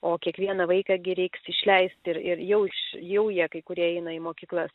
o kiekvieną vaiką gi reiks išleist ir ir jau iš jau jie kai kurie eina į mokyklas